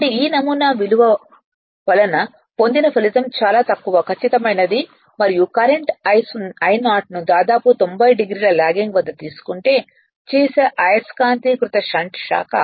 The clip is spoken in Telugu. కాబట్టి ఈ నమూన వలన పొందిన ఫలితం చాలా తక్కువ ఖచ్చితమైనది మరియు కరెంట్ I0 ను దాదాపు 90 డిగ్రీల లాగింగ్ వద్ద తీసుకుంటే చేసే అయస్కాంతీకృత షంట్ శాఖ